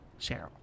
Cheryl